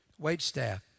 waitstaff